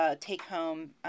take-home